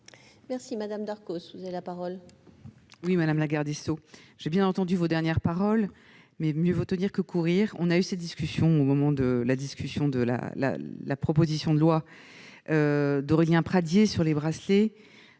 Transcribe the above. Merci madame Darcos vous avez la parole.